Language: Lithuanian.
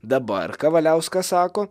dabar kavaliauskas sako